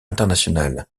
internationale